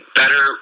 better